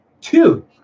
two